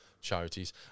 charities